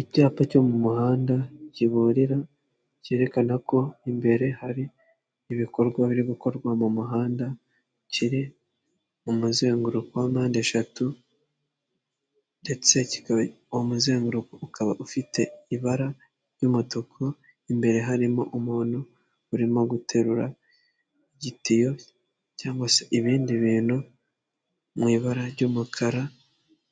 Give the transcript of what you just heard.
Icyapa cyo mu muhanda kiburira, cyerekana ko imbere hari ibikorwa biri gukorwa mu muhanda, kiri mu muzenguruko mpande eshatu, ndetse umuzenguruko ukaba ufite ibara ry'umutuku imbere harimo umuntu urimo guterura igitiyo, cyangwa se ibindi bintu mu ibara ry'umukara